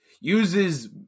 uses